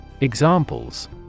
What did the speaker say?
Examples